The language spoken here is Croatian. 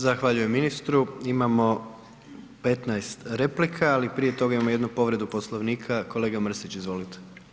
Zahvaljujem ministru, imamo 15 replika, ali prije toga imamo jednu povredu Poslovnika, kolega Mrsić, izvolite.